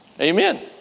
Amen